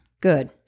good